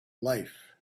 life